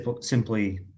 simply